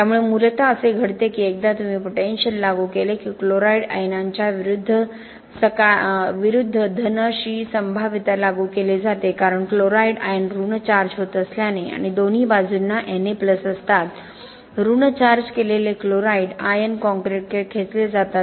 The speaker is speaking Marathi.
त्यामुळे मूलत असे घडते की एकदा तुम्ही पोटेंशिअल लागू केले की क्लोराईड आयनांच्या विरुद्ध सकारात्मक संभाव्यता लागू केली जाते कारण क्लोराईड आयन ऋण चार्ज होत असल्याने आणि दोन्ही बाजूंना Na असतात ऋण चार्ज केलेले क्लोराईड आयन कॉंक्रिटकडे खेचले जातात